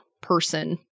person